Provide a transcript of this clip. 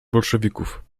bolszewików